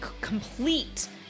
complete